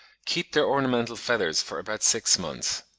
keep their ornamental feathers for about six months.